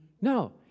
No